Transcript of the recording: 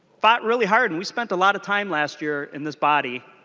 fought really hard and we spent a lot of time last year in this body